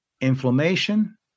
inflammation